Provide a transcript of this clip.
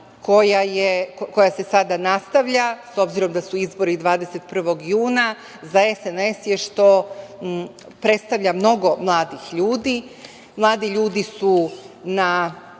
koja se sada nastavlja, s obzirom da su izbori 21. juna, za SNS je što predstavlja mnogo mladih ljudi. Mladi ljudi su na